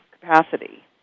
capacity